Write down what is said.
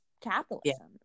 capitalism